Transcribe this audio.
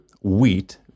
wheat